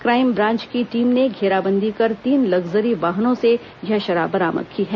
crime branch की team ने घेराबंदी कर तीन लग्जरी वाहनों से यह शराब बरामद की है